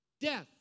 death